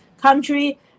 country